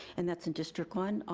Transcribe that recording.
and that's in district one.